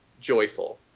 joyful